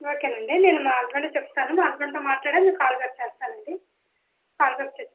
ఓకేనండి నేను మా హస్బెండ్ కి చెప్తాను మా హస్బెండ్ తో మాట్లాడాక మీకు కాల్ బ్యాక్ చేస్తానండి కాల్ బ్యాక్ చేస్తాను